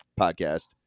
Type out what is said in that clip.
podcast